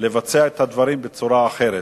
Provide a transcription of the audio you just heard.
לבצע את הדברים בצורה אחרת.